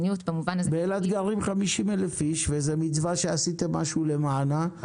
באילת גרים 50,000 איש וזו מצווה שעשינו משהו למענה,